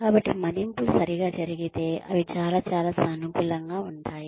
కాబట్టి మదింపులు సరిగ్గా జరిగితే అవి చాలా చాలా సానుకూలంగా ఉంటాయి